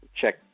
check